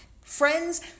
Friends